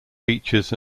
features